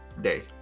day